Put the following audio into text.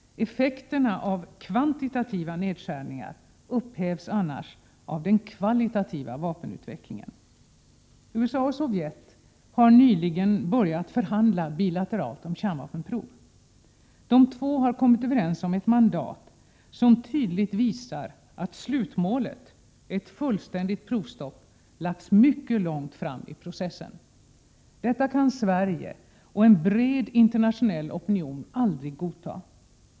Effekterna av kvantitativa nedskärningar upphävs annars av den kvalitativa vapenutvecklingen. USA och Sovjetunionen har nyligen börjat förhandla bilateralt om kärnvapenprov. De två har kommit överens om ett mandat som tydligt visar att slutmålet, ett fullständigt provstopp, lagts mycket långt fram i processen. Detta kan Sverige och en bred internationell opinion aldrig godta.